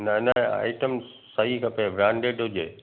न न आइटम्स सही खपे ब्रांडेड हुजे